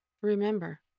remember